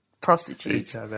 prostitutes